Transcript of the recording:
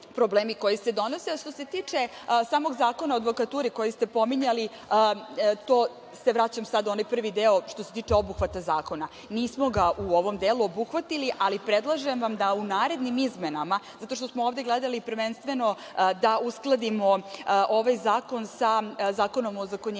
problemi. Što se tiče samog Zakona o advokaturi, koji ste pominjali, to se vraćam sada u onaj prvi deo što se tiče obuhvata zakona, nismo ga u ovom delu obuhvatili, ali predlažem vam da u narednim izmenama, zato što smo ovde gledali prvenstveno da uskladimo ovaj zakon sa Zakonom o ozakonjenju